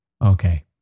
Okay